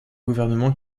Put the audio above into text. gouvernements